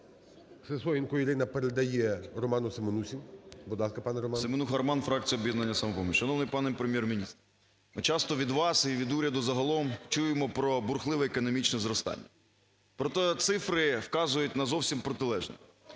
Сисоєнко Ірина передає Роману Семенусі.